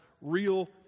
real